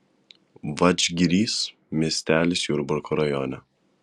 vadžgirys miestelis jurbarko rajone